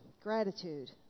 gratitude